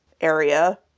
area